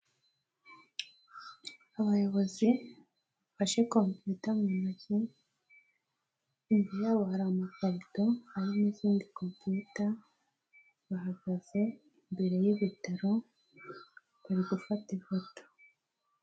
Abayobozi baifashe competer mu ntoki, hiryayabo hari amakarito, hari n'izindi computer, bahagaze imbere y'ibitaro bari gufata ifoto.